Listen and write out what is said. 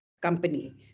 company